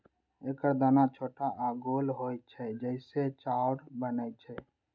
एकर दाना छोट आ गोल होइ छै, जइसे चाउर बनै छै